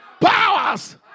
Powers